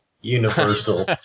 universal